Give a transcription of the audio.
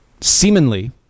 Seemingly